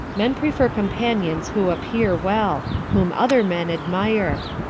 men prefer companions who appear well whom other men admire.